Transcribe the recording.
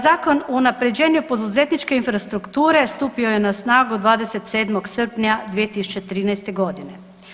Zakon o unapređenju poduzetničke infrastrukture stupio je na snagu 27. srpnja 2013. godine.